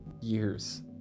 years